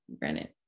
granted